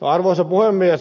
arvoisa puhemies